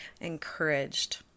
encouraged